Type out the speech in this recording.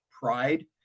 pride